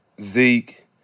Zeke